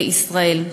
בישראל.